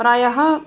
प्रायः